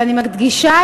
ואני מדגישה,